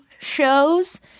shows